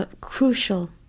crucial